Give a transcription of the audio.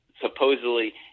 supposedly